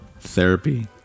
therapy